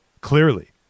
clearly